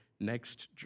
next